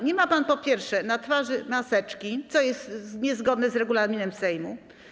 Nie ma pan, po pierwsze, na twarzy maseczki, co jest niezgodne z regulaminem Sejmu.